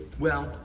well,